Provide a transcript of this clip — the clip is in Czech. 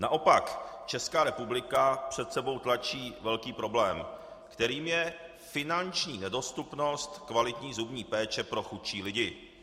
Naopak, Česká republika před sebou tlačí velký problém, kterým je finanční nedostupnost kvalitní zubní péče pro chudší lidi.